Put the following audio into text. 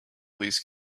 these